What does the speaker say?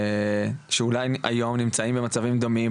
שאולי היום נמצאים במצבים דומים,